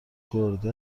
گرده